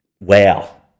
wow